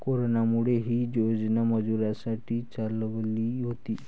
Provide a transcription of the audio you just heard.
कोरोनामुळे, ही योजना मजुरांसाठी चालवली होती